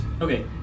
Okay